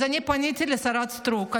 אז אני פניתי לשרה סטרוק.